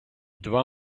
два